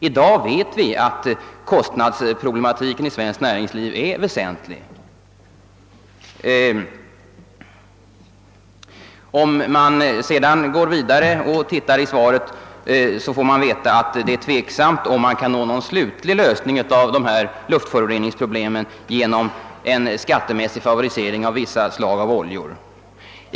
I dag vet vi att kostnadsproblematiken i svenskt näringsliv är väsentlig. Av svaret får vi också veta att det är tveksamt huruvida någon slutgiltig lösning av de aktuella luftföroreningsproblemen kan nås genom en skattemässig favorisering av vissa slags oljor.